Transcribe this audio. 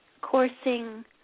coursing